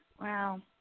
Wow